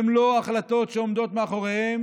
הן לא החלטות שעומד מאחוריהן